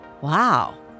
wow